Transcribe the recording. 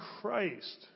Christ